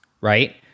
Right